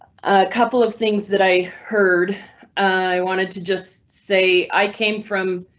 couple of things that i heard i wanted to just say i came from.